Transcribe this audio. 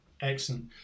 excellent